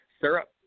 syrup